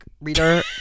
reader